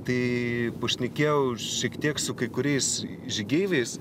tai pašnekėjau šiek tiek su kai kuriais žygeiviais